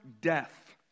death